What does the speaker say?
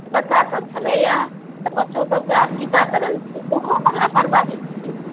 बच्चासभ छलैए तऽ बच्चोसभके आब टीकाकरण छै ओहोमे लापरवाही छै